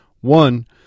one